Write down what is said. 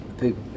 people